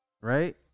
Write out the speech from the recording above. Right